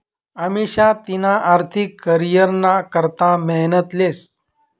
अमिषा तिना आर्थिक करीयरना करता मेहनत लेस